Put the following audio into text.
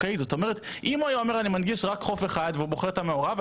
אם הוא היה בוחר רק חוף אחד והיה בוחר את המעורב,